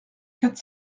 quatre